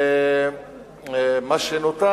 מה שנותר,